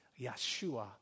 Yeshua